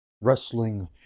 Wrestling